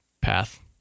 path